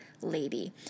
lady